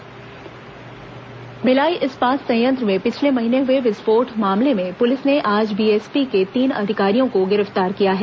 BSP विस्फोट आरोपी गिरफ्तार भिलाई इस्पात संयंत्र में पिछले महीने हुए विस्फोट मामले में पुलिस ने आज बीएसपी के तीन अधिकारियों को गिरफ्तार किया है